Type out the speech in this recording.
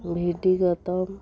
ᱵᱷᱤᱰᱤ ᱜᱚᱛᱚᱢ